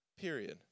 period